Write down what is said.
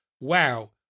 wow